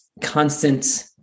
constant